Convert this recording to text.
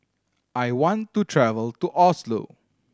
I want to travel to Oslo